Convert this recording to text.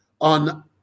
on